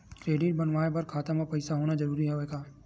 Credit बनवाय बर खाता म पईसा होना जरूरी हवय का?